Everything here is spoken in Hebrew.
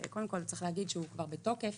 צריך להגיד שהוא כבר בתוקף.